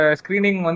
screening